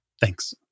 Thanks